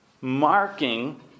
marking